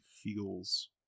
feels